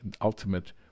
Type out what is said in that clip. ultimate